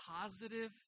positive